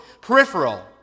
Peripheral